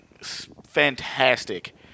fantastic